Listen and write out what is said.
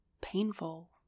painful